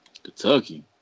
Kentucky